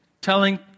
telling